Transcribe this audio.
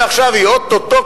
ועכשיו היא או-טו-טו,